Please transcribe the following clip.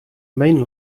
main